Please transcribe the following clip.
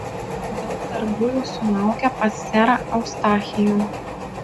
ar daug darbų jūsų laukia pas serą eustachijų